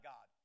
God